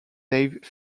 dave